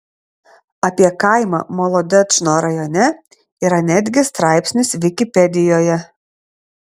apie kaimą molodečno rajone yra netgi straipsnis vikipedijoje